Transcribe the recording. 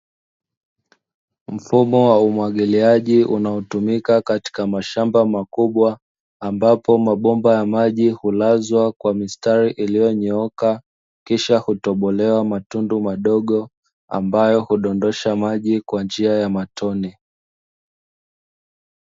Mfumo wa umwagiliaji unaotumika katika mashamba makubwa ambapo mabomba ya maji hulazwa kwa mistari, ilionyooka kisha hutobolewa matundu madogo ambayo hudondosha maji kwa njia ya matone.